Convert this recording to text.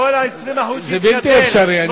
זה בלתי אפשרי.